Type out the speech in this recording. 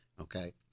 Okay